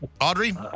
Audrey